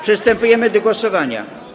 Przystępujemy do głosowania.